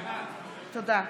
בעד.